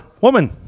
Woman